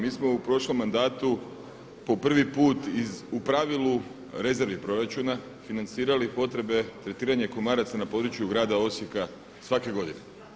Mi smo u prošlom mandatu po prvi put u pravilu … proračuna financirali potrebe, tretiranje komaraca na području grada Osijeka svake godine.